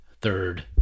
third